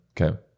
okay